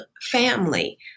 family